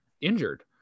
injured